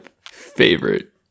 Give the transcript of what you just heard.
favorite